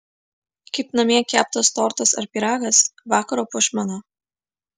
kaip namie keptas tortas ar pyragas vakaro puošmena